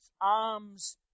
arms